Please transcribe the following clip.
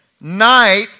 night